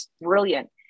brilliant